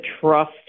trust